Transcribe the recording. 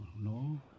No